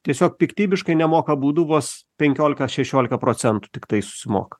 tiesiog piktybiškai nemoka baudų vos penkiolika šešiolika procentų tiktai susimoka